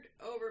over